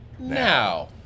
Now